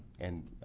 and